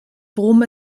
worum